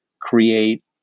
create